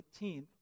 18th